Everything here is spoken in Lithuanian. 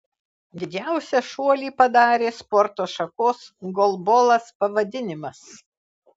didžiausią šuolį padarė sporto šakos golbolas pavadinimas